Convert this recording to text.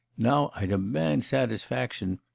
now i demand satisfaction.